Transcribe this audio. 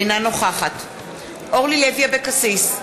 אינה נוכחת אורלי לוי אבקסיס,